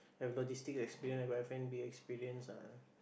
have logistic experience I got F-and-B experience ah